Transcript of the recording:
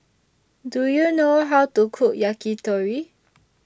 Do YOU know How to Cook Yakitori